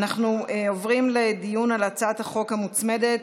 עוברים לדיון על הצעת החוק המוצמדת,